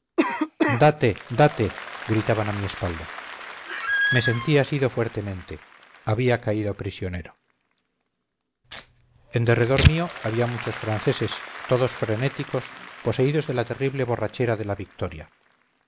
date date gritaban a mi espalda me sentí asido fuertemente había caído prisionero en derredor mío había muchos franceses todos frenéticos poseídos de la terrible borrachera de la victoria